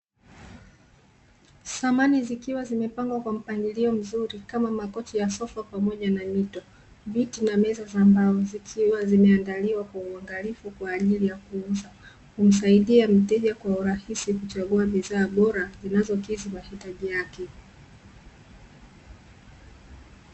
Samani zikiwa zimepangwa kwa mpangilio mzuri kama makochi ya sofa pamoja na mito, viti na meza za mbao zikiwa zimeandaliwa kwa uangalifu kwa ajili ya kuuza, humsaidia mteja kwa urahisi kuchagua bidhaa bora zinazokidhi mahitaji yake.